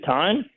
time